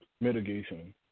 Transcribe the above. Mitigation